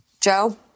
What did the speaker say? Joe